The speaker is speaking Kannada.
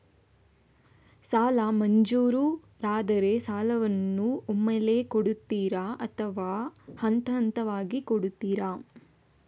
ಸಾಲ ಮಂಜೂರಾದರೆ ಸಾಲವನ್ನು ಒಮ್ಮೆಲೇ ಕೊಡುತ್ತೀರಾ ಅಥವಾ ಹಂತಹಂತವಾಗಿ ಕೊಡುತ್ತೀರಾ?